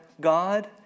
God